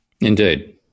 Indeed